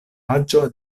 aĝo